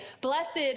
Blessed